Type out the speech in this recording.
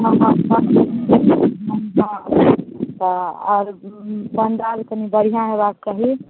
हँ तऽ आओर पण्डाल कनि बढ़िऑं हेबाके चाही